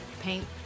Paint